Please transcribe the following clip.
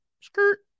Skirt